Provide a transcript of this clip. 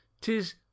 Tis